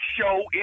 show